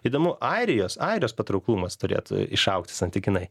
įdomu airijos airijos patrauklumas turėtų išaugti santykinai